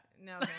no